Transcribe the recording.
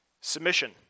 Submission